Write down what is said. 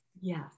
Yes